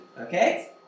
Okay